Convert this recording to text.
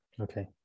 Okay